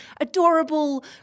adorable